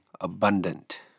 abundant